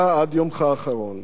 נלחמת כי זה היה בדמך,